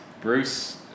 Bruce